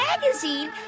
magazine